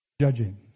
Judging